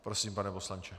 Prosím, pane poslanče.